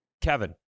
Kevin